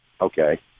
okay